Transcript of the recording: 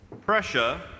Pressure